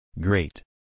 Great